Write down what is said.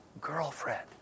girlfriend